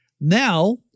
Now